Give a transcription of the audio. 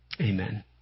Amen